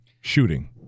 Shooting